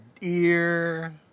ear